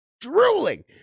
drooling